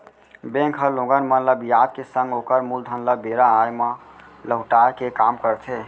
bank ह लोगन मन ल बियाज के संग ओकर मूलधन ल बेरा आय म लहुटाय के काम करथे